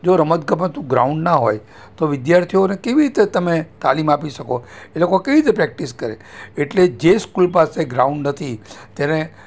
જો રમત ગમતનું ગ્રાઉન્ડ ના હોય તો વિદ્યાર્થીઓને કેવી રીતે તમે તાલીમ આપી શકો એ લોકો કેવી રીતે પ્રેક્ટિસ કરે એટલે જે સ્કૂલ પાસે ગ્રાઉન્ડ નથી તેને